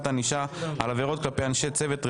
הענישה על עבירות כלפי אנשי צוות רפואי),